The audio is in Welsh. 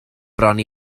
bron